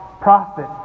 prophet